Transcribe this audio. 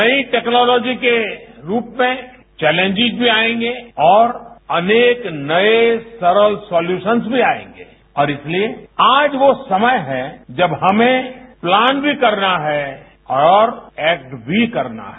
नई टैक्नॉलोजी के रूप में चौलेंजेज भी आयेंगे और अनेक नये सरल सोल्युशन्स भी आयेंगे और इसलिए आज वो समय है जब हमें प्लान भी करना है और एक्ट भी करना है